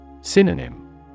Synonym